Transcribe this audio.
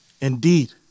Indeed